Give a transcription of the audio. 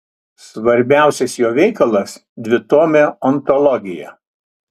stambiausias jo veikalas dvitomė ontologija